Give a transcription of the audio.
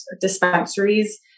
dispensaries